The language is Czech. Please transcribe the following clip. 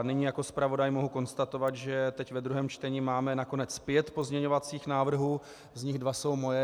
Nyní jako zpravodaj mohu konstatovat, že teď ve druhém čtení máme nakonec pět pozměňovacích návrhů, z nichž dva jsou moje.